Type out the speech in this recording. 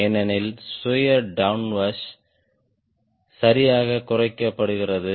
ஏனெனில் சுய டவுன்வாஷ் சரியாக குறைக்கப்படுகிறது